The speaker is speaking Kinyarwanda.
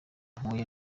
mpuye